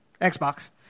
Xbox